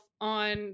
on